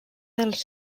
dels